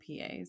PAs